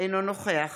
אינו נוכח